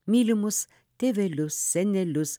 mylimus tėvelius senelius